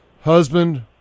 husband